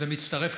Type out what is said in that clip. זה מצטרף,